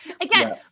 again